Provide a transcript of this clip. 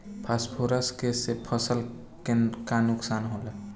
Phosphorus के से फसल के का नुकसान होला?